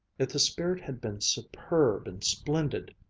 if the spirit had been superb and splendid,